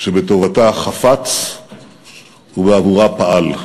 שבטובתה חפץ ובעבורה פעל.